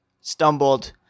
stumbled